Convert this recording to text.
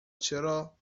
چرا